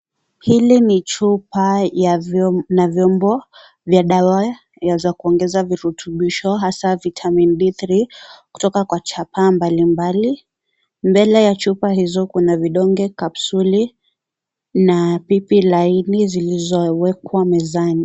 Hili ni chupa na vyombo vya dawa za kuongeza virutubisho hasa Vitamin D3 kutoka kwa chapa mbalimbali. Mbele ya chupa hizo kuna vidonge, kapsuli na pipi laini zilizowekwa mezani